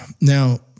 now